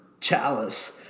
chalice